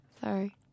sorry